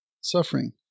suffering